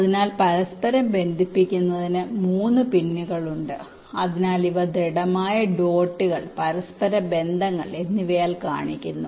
അതിനാൽ പരസ്പരം ബന്ധിപ്പിക്കുന്നതിന് 3 പിന്നുകൾ ഉണ്ട് അതിനാൽ ഇവ ദൃഡ്ഡമായ ഡോട്ടുകൾ പരസ്പരബന്ധങ്ങൾ എന്നിവയാൽ കാണിക്കുന്നു